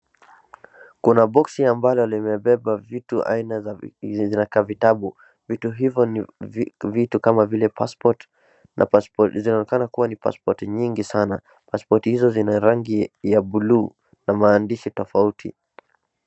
Kuna boksi ambalo limebeba vitu aina ya za kavitabu, vitu hivo ni vitu kama vile passport ,zinaonekana kuwa kama ni passport nyingi sana, passport hizo zina rangi ya buluu na maandishi tofauti.